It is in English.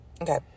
Okay